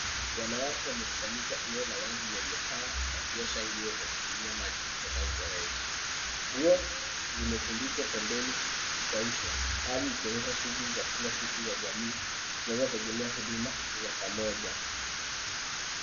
Wanawake wamekusanyika eneo la wazi lenye paa wakiosha nguo kwa kutumia maji kutoka mfereji. Nguo zimetundikwa pembeni zikikaushwa, hali ikionyesha shughuli za kila siku za jamii zinazotegemea huduma za pamoja.